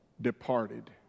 departed